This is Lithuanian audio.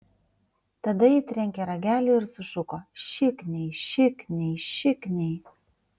tada ji trenkė ragelį ir sušuko šikniai šikniai šikniai